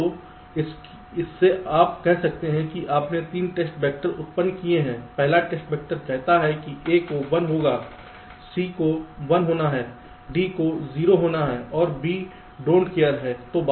तो इससे आप कह सकते हैं कि आपने 3 टेस्ट वैक्टर उत्पन्न किए हैं पहला वेक्टर कहता है कि A को 1 होना है C को 1 होना है D को 0 होना है और B don't care don't care है